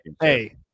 Hey